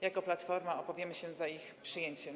Jako Platforma opowiemy się za ich przyjęciem.